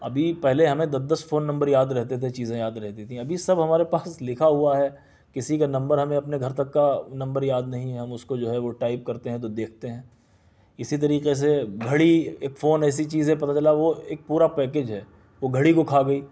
ابھی پہلے ہمیں دس دس فون نمبر یاد رہتے تھے چیزیں یاد رہتی تھیں ابھی سب ہمارے پاس لکھا ہوا ہے کسی کا نمبر ہمیں اپنے گھر تک کا نمبر یاد نہیں ہے ہم اس کو جو ہے وہ ٹائپ کرتے ہیں تو دیکھتے ہیں اسی طریقے سے گھڑی ایک فون ایسی چیز ہے پتہ چلا وہ ایک پورا پیکیج ہے وہ گھڑی کو کھا گئی